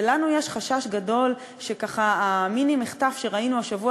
ולנו יש חשש גדול שהמיני-מחטף שראינו השבוע